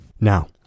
now